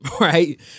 right